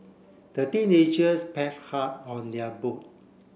the teenagers pad hard on their boat